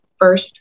first